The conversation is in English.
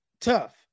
tough